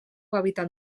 hàbitat